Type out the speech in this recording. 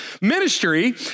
ministry